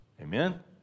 Amen